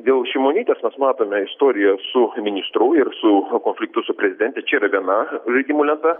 dėl šimonytės mes matome istoriją su ministru ir su konfliktu su prezidente čia yra viena žaidimų lenta